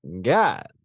God